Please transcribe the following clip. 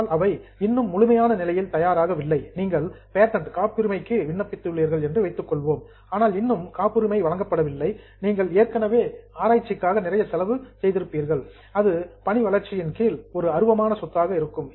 ஆனால் அவை இன்னும் முழுமையான நிலையில் தயாராகவில்லை நீங்கள் பேட்டன்ட் காப்புரிமைக்கு விண்ணப்பிள்ளீர்கள் என்று வைத்துக் கொள்ளலாம் ஆனால் இன்னும் காப்புரிமை வழங்கப்படவில்லை நீங்கள் ஏற்கனவே ரிசர்ச் ஆராய்ச்சிக்காக நிறைய செலவு செய்து உள்ளீர்கள் அது பணி வளர்ச்சியின் கீழ் ஒரு அருவமான சொத்தாக இருக்கும்